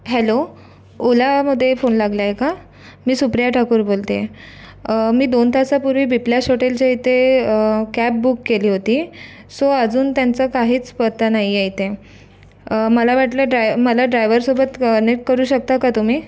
hello ओलामध्ये फोन लागला आहे का मी सुप्रिया ठाकूर बोलते मी दोन तासापूर्वी बिप्लॅश हॉटेलच्या इथे कॅब बुक केली होती सो अजून त्यांचा काहीच पत्ता नाही आहे इथे मला वाटलं ड्राय मला ड्रायवरसोबत कनेक्ट करू शकता का तुम्ही